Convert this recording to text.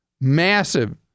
massive